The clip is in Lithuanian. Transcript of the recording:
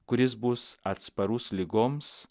kuris bus atsparus ligoms